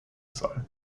soll